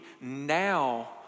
Now